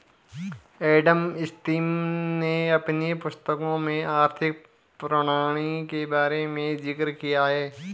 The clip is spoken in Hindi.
एडम स्मिथ ने अपनी पुस्तकों में आर्थिक प्रणाली के बारे में जिक्र किया है